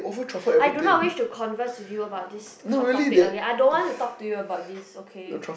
I do not wish to converse with you about this topic okay I don't want to talk to you about this topic